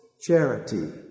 charity